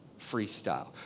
freestyle